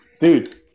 Dude